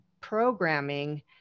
programming